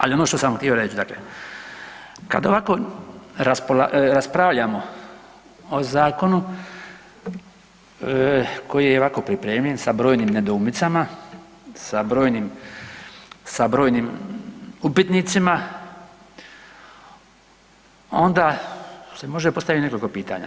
Ali ono što sam htio reći, dakle kad ovako raspravljamo o zakonu koji je ovako pripremljen sa brojnim nedoumicama, sa brojnim upitnicima, onda se može postaviti nekoliko pitanja.